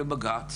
לבג"ץ